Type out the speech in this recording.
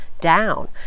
down